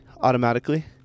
automatically